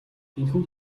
энэхүү